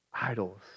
idols